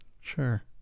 sure